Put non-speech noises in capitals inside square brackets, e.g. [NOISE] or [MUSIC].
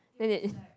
then they [BREATH]